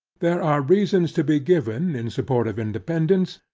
there are reasons to be given in support of independance,